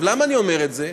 למה אני אומר את זה?